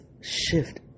shift